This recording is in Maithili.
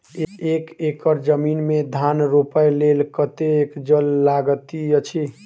एक एकड़ जमीन मे धान रोपय लेल कतेक जल लागति अछि?